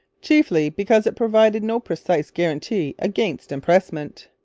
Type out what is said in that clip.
chiefly because it provided no precise guarantee against impressment.